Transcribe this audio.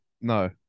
No